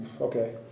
okay